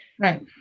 right